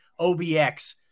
OBX